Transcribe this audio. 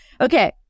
Okay